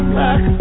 back